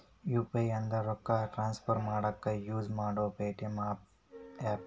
UPI ಅಂದ್ರ ರೊಕ್ಕಾ transfer ಮಾಡಾಕ ಯುಸ್ ಮಾಡೋ ಪೇಮೆಂಟ್ ಆಪ್ಸ್